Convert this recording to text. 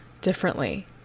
differently